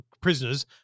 prisoners